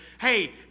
hey